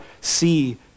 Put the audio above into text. see